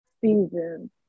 season